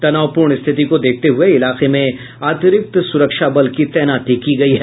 तनावपूर्ण स्थिति को देखते हुए इलाके में अतिरिक्त सुरक्षा बल की तैनाती की गयी है